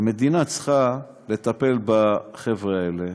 המדינה צריכה לטפל בחבר'ה האלה,